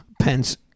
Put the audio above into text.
Pence